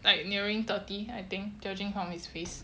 like nearing thirty I think judging from his face